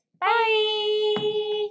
Bye